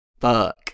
fuck